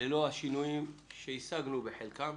ללא השינויים שהשגנו בחלקם.